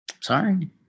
sorry